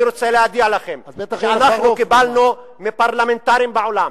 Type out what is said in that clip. ואני רוצה להודיע לכם שאנחנו קיבלנו מפרלמנטרים בעולם,